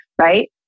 right